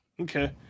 Okay